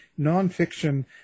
nonfiction